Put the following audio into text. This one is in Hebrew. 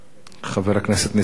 חבר הכנסת נסים זאב.